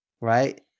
right